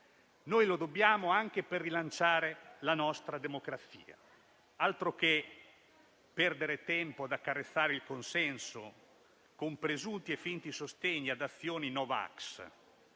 Noi lo dobbiamo anche per rilanciare la nostra democrazia, altro che perdere tempo ad accarezzare il consenso con presunti e finti sostegni ad azioni no vax.